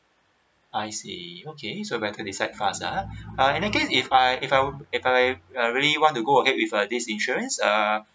I see okay so better decide fast ah uh and in that case if I if I if I if I really want to go ahead with uh this insurance err